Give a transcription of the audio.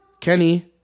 Kenny